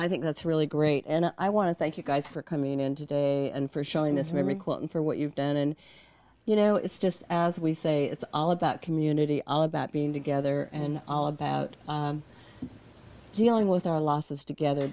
i think that's really great and i want to thank you guys for coming in today and for showing this memory for what you've done and you know it's just as we say it's all about community all about being together and all about dealing with our losses together